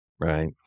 Right